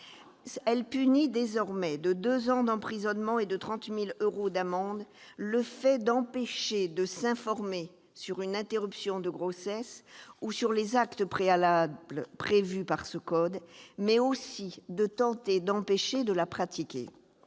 loi punit désormais de deux ans d'emprisonnement et de 30 000 euros d'amende le fait non seulement d'empêcher de s'informer sur une interruption de grossesse ou sur les actes préalables prévus par le code précité, mais aussi de tenter d'empêcher de la pratiquer